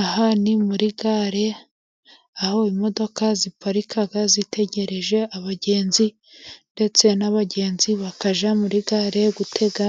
Aha ni muri gare aho imodoka ziparika zitegereje abagenzi. Ndetse n'abagenzi bakajya muri gare gutega